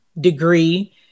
degree